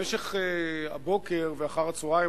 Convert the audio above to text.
במשך הבוקר ואחר-הצהריים,